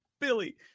Billy